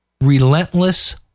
Relentless